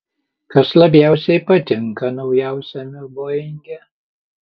kas labiausiai patinka naujausiame boinge